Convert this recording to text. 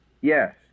Yes